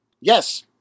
Yes